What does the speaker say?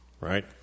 Right